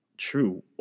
True